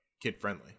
Kid-friendly